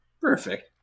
Perfect